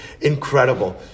incredible